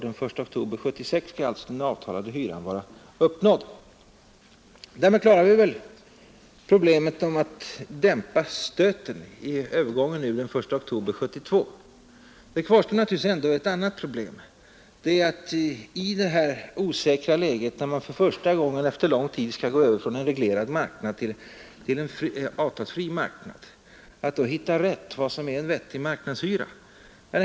Den I oktober 1976 skall alltså den avtalade hyran vara uppnådd. Därmed klarar vi väl problemet med att dämpa stöten vid övergången den I oktober 1972. Kvar står naturligtvis ett annat problem, nämligen att i detta osäkra läge, när man för första gången efter lång tid skall gå över från en reglerad till en avtalsfri marknad, finna ut vad som är en rimlig marknadshyra.